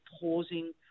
pausing